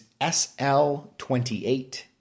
SL28